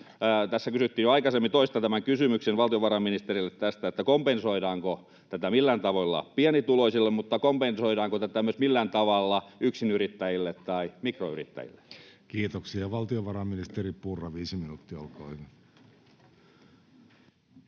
Tässä kysyttiin tätä jo aikaisemmin, mutta toistan tämän kysymyksen valtiovarainministerille: kompensoidaanko tätä millään tavalla pienituloisille, ja kompensoidaanko tätä myöskään millään tavalla yksinyrittäjille tai mikroyrittäjille? [Markku Siponen: Ei, ei!] Kiitoksia. — Valtiovarainministeri Purra, viisi minuuttia, olkaa hyvä.